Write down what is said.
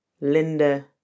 Linda